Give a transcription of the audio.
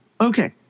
Okay